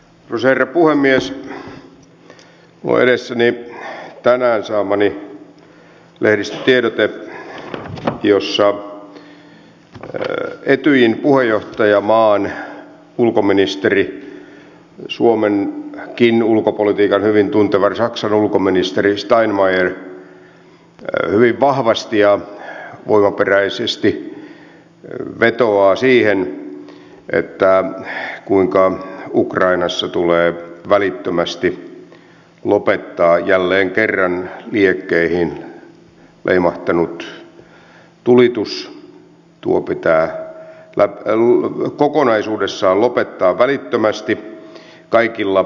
minulla on edessäni tänään saamani lehdistötiedote jossa etyjin puheenjohtajamaan ulkoministeri suomenkin ulkopolitiikan hyvin tunteva saksan ulkoministeri steinmeier hyvin vahvasti ja voimaperäisesti vetoaa siihen kuinka ukrainassa tulee välittömästi lopettaa jälleen kerran liekkeihin leimahtanut tulitus tuo pitää kokonaisuudessaan lopettaa välittömästi kaikilla rintamilla